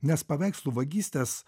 nes paveikslų vagystės